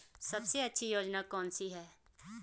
सबसे अच्छी योजना कोनसी है?